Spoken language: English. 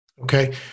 okay